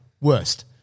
Worst